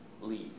leave